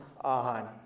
on